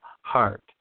heart